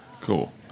Cool